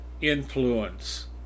influence